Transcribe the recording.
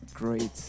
great